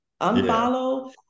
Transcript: unfollow